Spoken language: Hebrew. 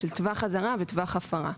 של טווח אזהרה וטווח הפרה.